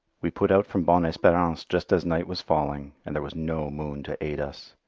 we put out from bonne esperance just as night was falling, and there was no moon to aid us.